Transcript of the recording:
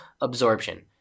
absorption